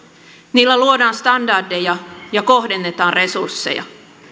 niillä luodaan standardeja ja kohdennetaan resursseja